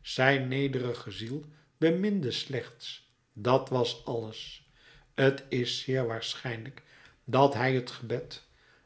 zijn nederige ziel beminde slechts dat was alles t is zeer waarschijnlijk dat hij het gebed